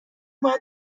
باید